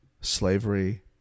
slavery